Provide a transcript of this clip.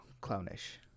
clownish